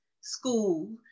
school